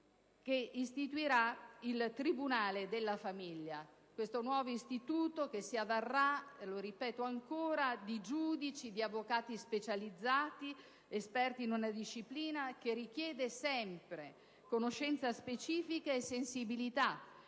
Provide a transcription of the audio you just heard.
che istituirà il tribunale della famiglia. Questo nuovo istituto, che si avvarrà, lo ripeto ancora, di giudici, avvocati specializzati, esperti in una disciplina che richiede sempre conoscenze specifiche e sensibilità,